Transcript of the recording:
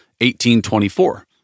1824